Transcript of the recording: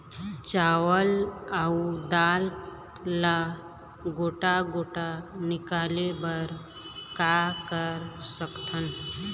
चावल अऊ दाल ला गोटा गोटा निकाले बर का कर सकथन?